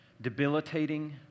debilitating